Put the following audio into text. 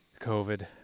COVID